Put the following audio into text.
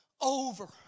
over